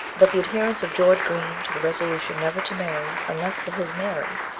but the adherence of george green to the resolution never to marry, unless to his mary,